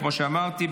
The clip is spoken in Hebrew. כמו שאמרתי,